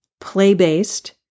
play-based